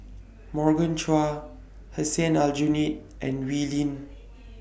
Morgan Chua Hussein Aljunied and Wee Lin